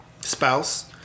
spouse